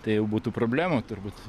tai jau būtų problema turbūt